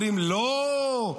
אומרים: לא,